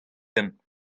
deomp